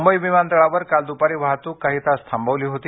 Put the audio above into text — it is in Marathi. मुंबई विमानतळावर काल दुपारी वाहतूक काही तास थांबवली होती